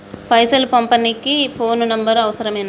పైసలు పంపనీకి phone number అవసరమేనా?